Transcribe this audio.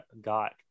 got